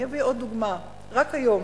אביא עוד דוגמה, רק היום